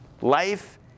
life